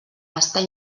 estar